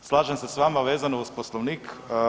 Slažem se s vama vezano uz Poslovnik.